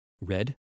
red